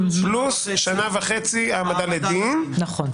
פלוס שנה וחצי העמדה לדין -- נכון.